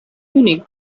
unique